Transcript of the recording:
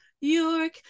York